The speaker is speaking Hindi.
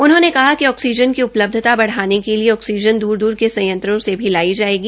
उन्होंने कहा कि आक्सीजन की उपलब्धता बढ़ाने के लिए आक्सीजन को दूर दूर के संयत्रों से भी लाई जाएगी